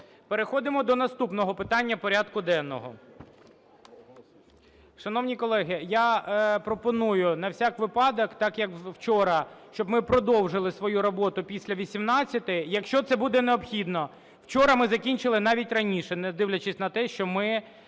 Переходимо до наступного питання порядку денного. Шановні колеги, я пропоную на всяк випадок так як вчора, щоб ми продовжили свою роботу після 18-ї, якщо це буде необхідно. Вчора ми закінчили навіть раніше, не дивлячись на те, що ми